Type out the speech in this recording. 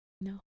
No